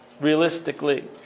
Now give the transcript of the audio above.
realistically